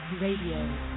Radio